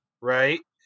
right